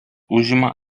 užima